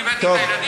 אני הבאתי את הילדים?